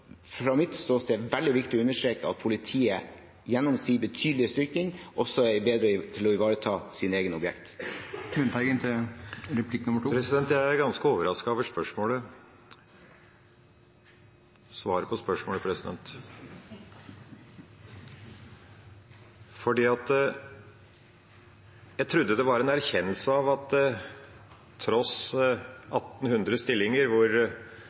fra mitt ståsted veldig viktig å understreke at politiet, gjennom sin betydelige styrking, har blitt bedre til å ivareta sine egne objekt. Jeg er ganske overrasket over svaret på spørsmålet, for jeg trodde det var en erkjennelse av at tross 1 800 stillinger – hvor vel ikke alle er i framtredende posisjoner ute i terrenget – er det et